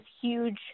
huge